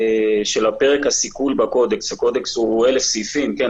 של פרק הסיכול בקודקס הקודקס כולל 1,000 סעיפים אבל